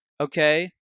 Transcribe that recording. okay